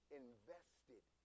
invested